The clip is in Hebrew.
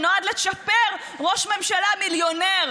שנועד לצ'פר ראש ממשלה מיליונר